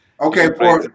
Okay